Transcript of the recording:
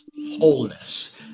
wholeness